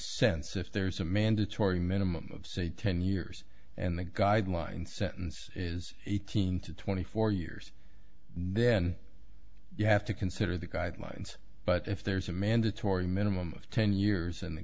sense if there's a mandatory minimum of say ten years and the guideline sentence is eighteen to twenty four years then you have to consider the guidelines but if there's a mandatory minimum of ten years and the